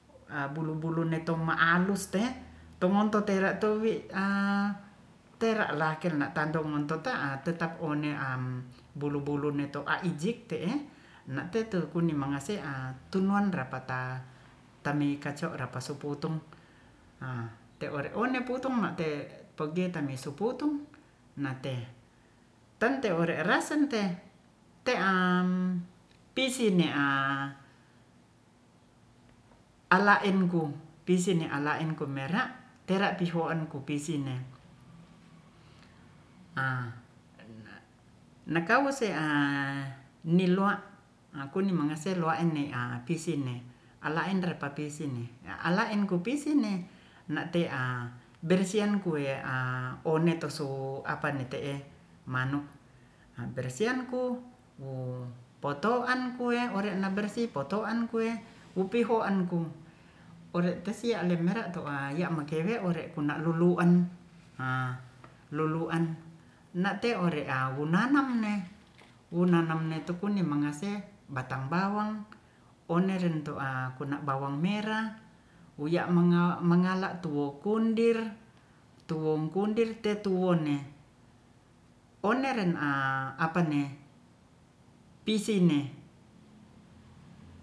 A bulu-bulu neto'ma'alus te tomonto tera tuwi'a teralaken na'tando ngonto ta'a tetap one am bulu-bulu meto'a ijik te'e na'te tu kuni mangase'a tunro napata tami'kaco rapasuputung a te'ore one putung ma'te pegoitan mesuputung nahte tante ore'rase te te'am pisin ne'a ala'en ku pisine ala'en ku merak tera'pi wohan ku pisinne a nakou se'a nilua' kuni'mangaselo a enne'a pisinne ala'en repapisinne ala'en kupisinne nate'a bersian kue'a onetosu apa'ne te'e manuk a bersian ku wu poto'an kue ore'na bersi poto'an kue upihon ku ore'tasia lemera to'a ya'makewe ore'kona lulu'an a- nate'ore'auaunanam ne unanam ne kunni mangase batang bawang onnerin to'a kunna bawang merah wuya'manga-mangala tuwo'kundir- tetuwonne oneren a apane pisin ne